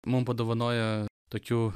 mum padovanojo tokių